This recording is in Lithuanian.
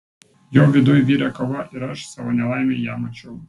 jo viduj virė kova ir aš savo nelaimei ją mačiau